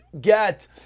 get